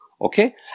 okay